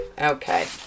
Okay